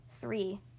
three